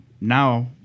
Now